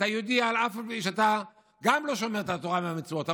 אתה יהודי אף על פי שאתה גם לא שומר את התורה והמצוות,